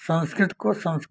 संस्कृत को संस